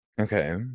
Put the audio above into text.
Okay